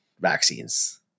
vaccines